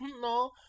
no